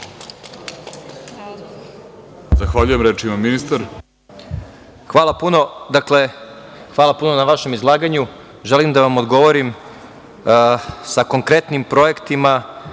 Zahvaljujem. Reč ima ministar.